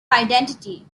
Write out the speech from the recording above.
identity